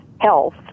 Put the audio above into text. health